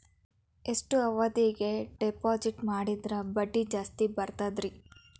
ಎಷ್ಟು ಅವಧಿಗೆ ಡಿಪಾಜಿಟ್ ಮಾಡಿದ್ರ ಬಡ್ಡಿ ಜಾಸ್ತಿ ಬರ್ತದ್ರಿ?